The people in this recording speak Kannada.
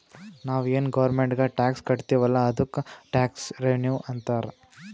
ನಾವು ಏನ್ ಗೌರ್ಮೆಂಟ್ಗ್ ಟ್ಯಾಕ್ಸ್ ಕಟ್ತಿವ್ ಅಲ್ಲ ಅದ್ದುಕ್ ಟ್ಯಾಕ್ಸ್ ರೆವಿನ್ಯೂ ಅಂತಾರ್